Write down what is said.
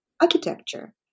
architecture